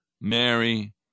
Mary